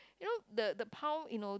you know the the pau you know